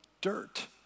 dirt